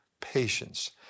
patience